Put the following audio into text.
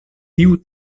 tiu